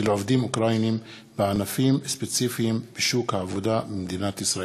עובדים אוקראינים בענפים ספציפיים בשוק העבודה במדינת ישראל.